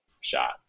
shot